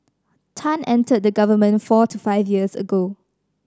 Tan entered the government four to five years ago